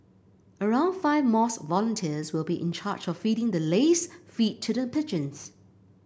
around five mosque volunteers will be in charge of feeding the laced feed to the pigeons